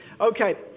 Okay